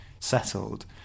settled